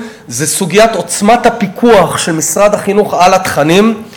וזאת סוגיית עוצמת הפיקוח של משרד החינוך על התכנים,